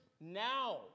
now